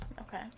Okay